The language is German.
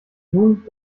nun